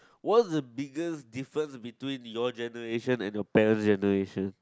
what's the biggest difference between your generation and your parent's generation